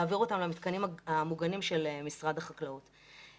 להעביר אותם למתקנים המוגנים של משרד החקלאות.